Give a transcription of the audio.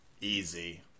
easy